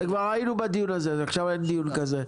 כבר היינו בדיון הזה, עכשיו אין דיון כזה.